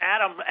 Adam